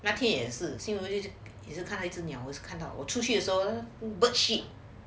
那天也是 xin ru 就也是看了一只鸟看到我出去的时候 bird shit